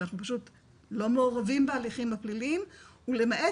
אנחנו פשוט לא מעורבים בהליכים הפליליים ולמעט